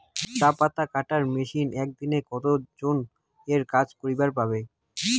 চা পাতা কাটার মেশিন এক দিনে কতজন এর কাজ করিবার পারে?